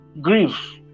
grief